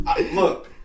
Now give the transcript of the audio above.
look